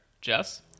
Jess